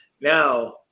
Now